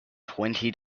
twenty